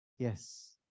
Yes